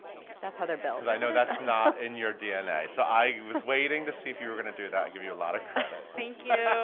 that's how they're billed. cause i know that's not in your dna. so i was waiting to see if you were gonna do that. i give you a lotta credit. thank you. yeah